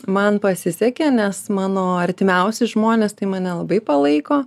man pasisekė nes mano artimiausi žmonės tai mane labai palaiko